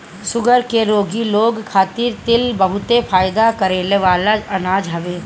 sugar के रोगी लोग खातिर तिल बहुते फायदा करेवाला अनाज हवे